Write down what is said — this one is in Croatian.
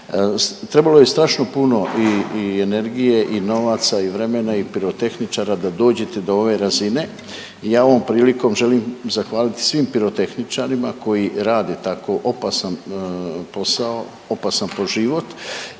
Trebalo je strašno puno i energije i novaca i vremena i pirotehničara da dođete do ove razine i ja ovom prilikom želim zahvaliti svim pirotehničarima koji rade tako opasan posao, opasan po život,